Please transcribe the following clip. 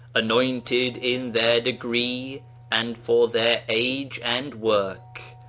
anointed in their degree and for their age and work,